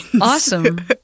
Awesome